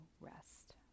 rest